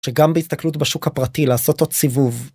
שגם בהסתכלות בשוק הפרטי לעשות עוד סיבוב.